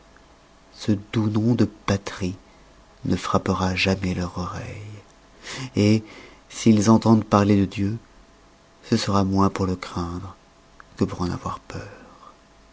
ce doux nom de patrie ne frappera jamais leur oreille s'ils entendent parler de dieu ce sera moins pour le craindre que pour en avoir peur